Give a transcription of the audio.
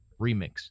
Remix